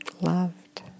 loved